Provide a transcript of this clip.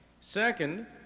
Second